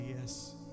yes